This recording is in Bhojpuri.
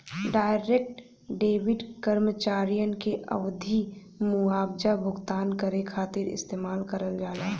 डायरेक्ट क्रेडिट कर्मचारियन के आवधिक मुआवजा भुगतान करे खातिर इस्तेमाल करल जाला